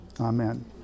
amen